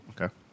okay